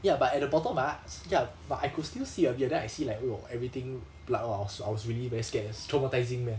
ya but at the bottom of my eyes ya but I could still see a bit then I see like !wah! everything blood !wah! I was I was really very scared it's traumatizing man